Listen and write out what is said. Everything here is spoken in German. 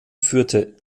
führte